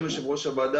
יושב-ראש הוועדה,